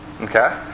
okay